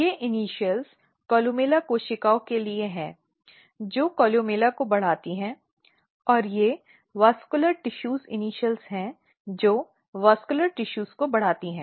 ये initials columella कोशिकाओं के लिए हैं जो कोलुमेला को बढ़ाती हैं और ये संवहनी कोशिकाएं इनिशॅल हैं जो संवहनी ऊतकों को बढ़ाती हैं